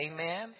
Amen